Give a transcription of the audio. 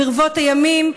ברבות הימים,